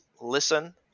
listen